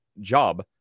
job